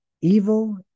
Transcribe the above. evil